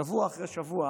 שבוע אחרי שבוע